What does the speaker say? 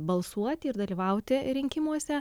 balsuoti ir dalyvauti rinkimuose